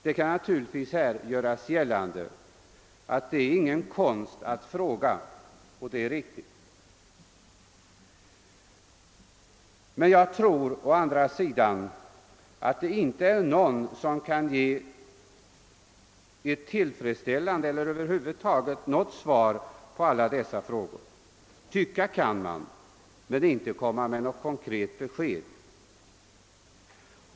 Det kan naturligtvis här göras gällande, att det inte är någon konst att fråga, och det är riktigt, men jag tror i alla fall att det inte är någon som kan ge ett tillfredsställande eller över huvud taget något svar på alla dessa frågor. Tycka kan man, men inte komma med något konkret besked.